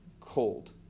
cold